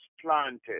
planted